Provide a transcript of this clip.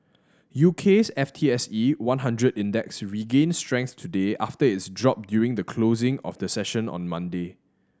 U K's F T S E one hundred Index regained strength today after its drop during the closing of the session on Monday